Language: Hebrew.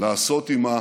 לעשות עימה